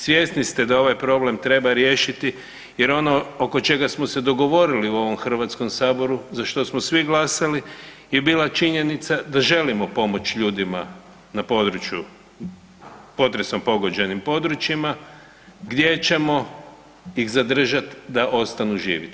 Svjesni ste da ovaj problem treba riješiti jer ono oko čega smo se dogovorili u ovom Hrvatskom saboru za što smo svi glasali je bila činjenica da želimo pomoći ljudima na području potresom pogođenim područjima gdje ćemo ih zadržati da ostanu živjeti.